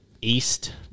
East